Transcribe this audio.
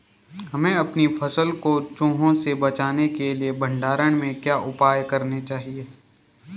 हमें अपनी फसल को चूहों से बचाने के लिए भंडारण में क्या उपाय करने चाहिए?